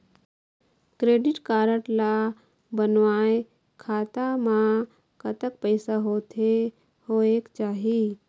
Credit card ला बनवाए खाता मा कतक पैसा होथे होएक चाही?